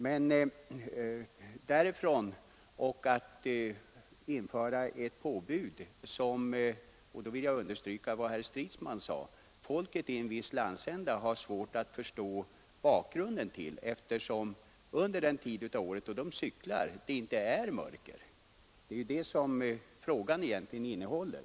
Men härifrån är steget långt till att införa ett påbud som — jag vill understryka vad herr Stridsman sade — människorna i en viss landsända har svårt att förstå bakgrunden till, eftersom det under den tid de cyklar inte är något mörker. Det är det som frågan egentligen gäller.